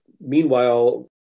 Meanwhile